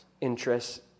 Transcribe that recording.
interests